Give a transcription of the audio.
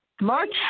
March